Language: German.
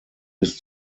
bis